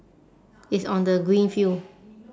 it's on the green field